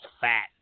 fat